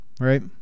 right